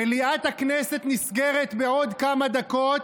מליאת הכנסת נסגרת בעוד כמה דקות,